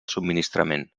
subministrament